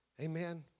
Amen